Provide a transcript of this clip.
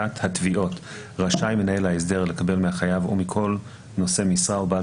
התביעות רשאי מנהל ההסדר לקבל מהחייב או מכל נושא משרה או בעל